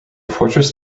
fortress